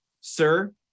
sir